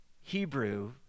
Hebrew